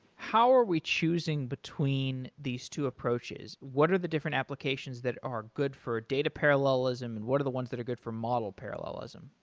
how are we choosing between these two approaches? what are the different applications that are good for data parallelism and what are the ones that are good for model parallelism?